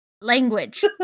Language